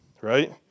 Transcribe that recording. Right